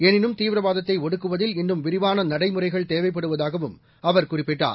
எனினும் தீவிரவாதத்தை ஒடுக்குவதில் இன்னும் விரிவான நடைமுறைகள் தேவைப்படுவதாகவும் அவர் குறிப்பிட்டார்